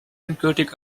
endgültig